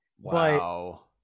Wow